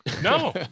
No